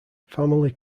family